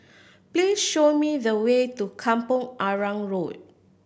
please show me the way to Kampong Arang Road